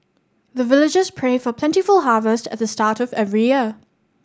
the villagers pray for plentiful harvest at the start of every year